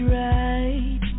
right